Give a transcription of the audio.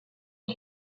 des